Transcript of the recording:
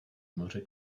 moře